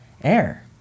Air